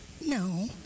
No